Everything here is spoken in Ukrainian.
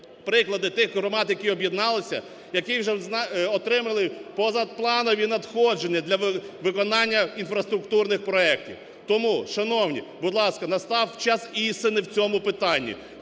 приклади тих громад, які об'єдналися, які вже отримали позапланові надходження для виконання інфраструктурних проектів. Тому, шановні, будь ласка, настав час істини у цьому питанні: